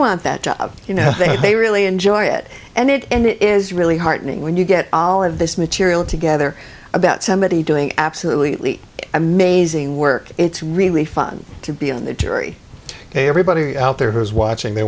want that you know they they really enjoy it and it is really heartening when you get all of this material together about somebody doing absolutely amazing work it's really fun to be on the jury hey everybody out there who's watching they